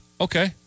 Okay